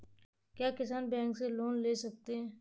क्या किसान बैंक से लोन ले सकते हैं?